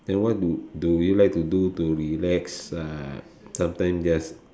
then what do do you like to do to relax uh sometimes just